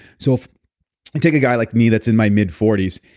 so if i take a guy like me that's in my mid forty s,